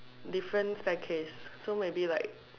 different staircase so maybe like